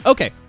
Okay